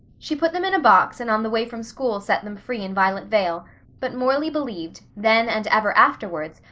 she put them in a box and on the way from school set them free in violet vale but morley believed, then and ever afterwards,